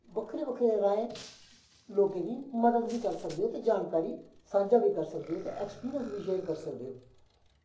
बक्खरे बक्खरे राहें लोकें दी मदद बी करी सकदे ओ ते जानकारी सांझा बी करी सकदे ओ ते ऐक्सपिरिंस बी शेयर करी सकदे ओ